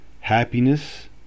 happiness